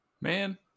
man